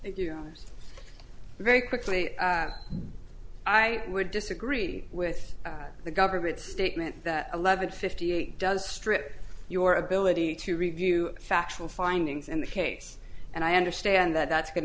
you very quickly i would disagree with the government statement that eleven fifty eight does strip your ability to review factual findings in the case and i understand that that's going